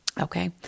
Okay